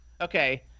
Okay